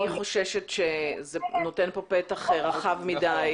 אני חוששת שזה נותן פה פתח רחב מדי,